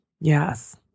Yes